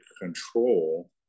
control